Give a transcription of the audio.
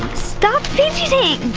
stop fidgeting.